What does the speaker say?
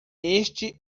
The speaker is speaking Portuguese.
este